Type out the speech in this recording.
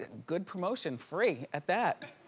ah good promotion, free at that.